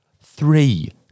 Three